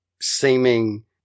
seeming